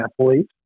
athlete